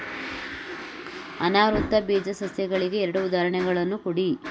ಅನಾವೃತ ಬೀಜ ಸಸ್ಯಗಳಿಗೆ ಎರಡು ಉದಾಹರಣೆಗಳನ್ನು ಕೊಡಿ